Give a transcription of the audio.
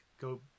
go